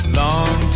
long